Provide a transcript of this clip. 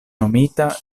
nomita